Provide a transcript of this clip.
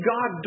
God